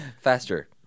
Faster